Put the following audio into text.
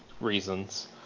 reasons